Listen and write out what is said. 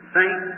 Thank